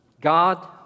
God